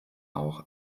auch